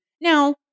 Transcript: Now